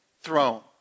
throne